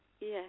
yes